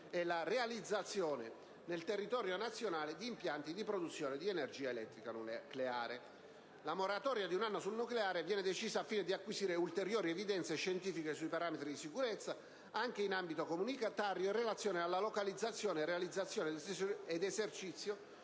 e la realizzazione nel territorio nazionale di impianti di produzione di energia elettrica nucleare. La moratoria di un anno sul nucleare viene decisa al fine di acquisire ulteriori evidenze scientifiche sui parametri di sicurezza, anche in ambito comunitario, in relazione alla localizzazione, realizzazione ed esercizio